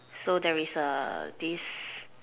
so there is a this